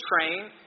train